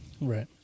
Right